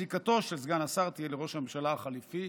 זיקתו של סגן השר תהיה לראש הממשלה החליפי.